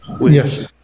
Yes